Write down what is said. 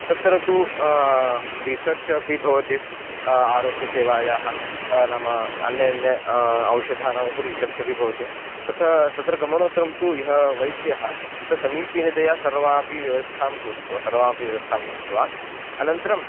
तत्र तु रीसर्च् अपि भवति आरोग्यसेवायाः नाम अन्यत् अन्येषाम् औषधानामुपरि सर्च् अपि भवति तथा तत्र गमनोत्तरं तु यः वैद्यः सः समीचीनतया सर्वामपि व्यवस्थां कृत्वा सर्वामपि व्यवस्थां कृत्वा अनन्तरं